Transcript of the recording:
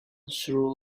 through